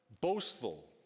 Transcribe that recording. boastful